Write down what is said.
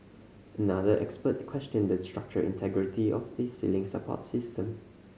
another expert questioned the structural integrity of the ceiling support system